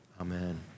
Amen